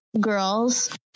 girls